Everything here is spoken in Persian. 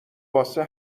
واسه